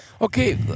Okay